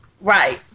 right